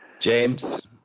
James